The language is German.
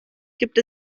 gibt